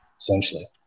essentially